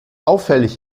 auffällig